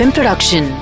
Production